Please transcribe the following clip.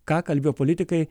ką kalbėjo politikai